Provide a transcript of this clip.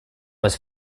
was